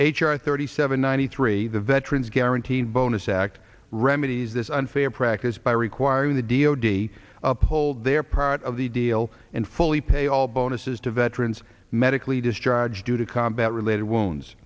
r thirty seven ninety three the veterans guaranteed bonus act remedies this unfair practice by requiring the d o d uphold their part of the deal and fully pay all bonuses to veterans medically discharged due to combat related wounds